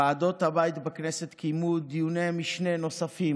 ועדות הבית בכנסת קיימו דיוני משנה נוספים